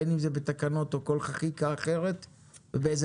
בין אם בתקנות או כל חקיקה אחרת ובאיזה